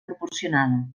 proporcionada